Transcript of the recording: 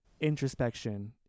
introspection